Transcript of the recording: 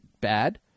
bad